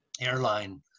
airline